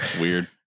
weird